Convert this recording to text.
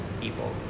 people